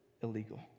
illegal